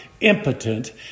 impotent